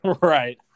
Right